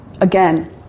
again